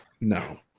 no